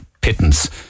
pittance